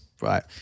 right